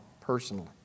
personally